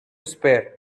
spare